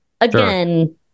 again